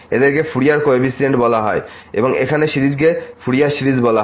এদেরকে Fourier coefficient বলা হয় এবং এখানে এই সিরিজকে ফুরিয়ার সিরিজ বলা হয়